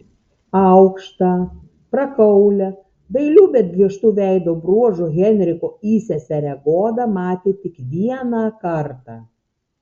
aukštą prakaulią dailių bet griežtų veido bruožų henriko įseserę goda matė tik vieną kartą